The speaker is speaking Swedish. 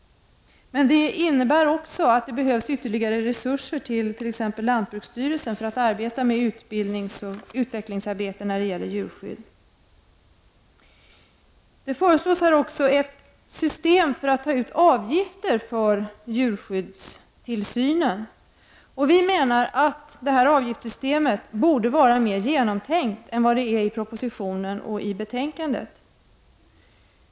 Men det innebär också att det behövs ytterligare resurser för exempelvis lantbruksstyrelsen för arbetet med utbildningsoch utvecklingsarbete på djurskyddsområdet. Det föreslås också ett system för hur avgifter skall tas ut i samband med djurskyddstillsynen. Vi menar att detta avgiftssystem borde vara mer genomtänkt än vad det är i propositionen och i betänkandet.